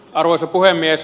arvoisa puhemies